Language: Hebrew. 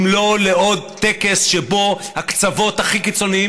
אם לא לעוד טקס שבו הקצוות הכי קיצוניים